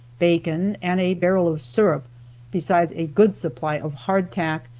bacon and a barrel of syrup besides a good supply of hardtack,